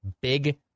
big